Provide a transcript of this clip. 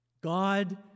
God